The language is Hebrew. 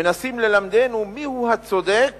מנסים ללמדנו מיהו הצודק